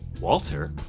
Walter